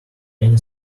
many